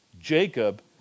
Jacob